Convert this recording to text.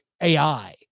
AI